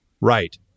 right